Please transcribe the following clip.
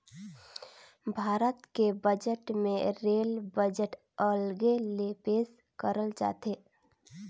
भारत के बजट मे rail budget अलगे ले पेस करल जाथे